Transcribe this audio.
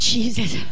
Jesus